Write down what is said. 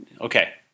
okay